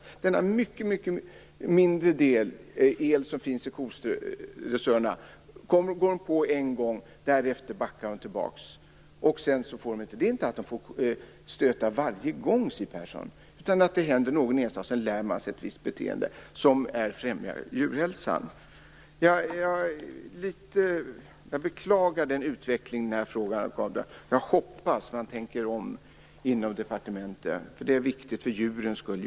Det finns en mycket, mycket mindre del el i kodressörerna. Korna går på dem en gång; därefter backar de tillbaka. Det handlar inte om att de får stötar varje gång, Siw Persson, utan det händer någon enstaka gång och sedan lär de sig ett visst beteende som främjar djurhälsan. Jag beklagar den utveckling den här frågan har fått. Jag hoppas att man tänker om inom departementet. Det är viktigt för djurens skull.